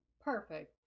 Perfect